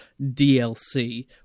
DLC